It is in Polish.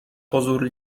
pozór